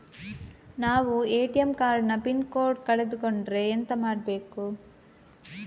ನಾವು ATM card ನ PIN code ಕಳೆದು ಕೊಂಡ್ರೆ ಎಂತ ಮಾಡ್ಬೇಕು?